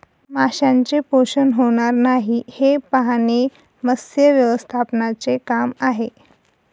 माशांचे शोषण होणार नाही हे पाहणे हे मत्स्य व्यवस्थापनाचे काम आहे